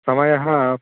समयः